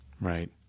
Right